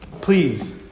please